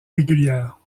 régulière